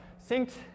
synced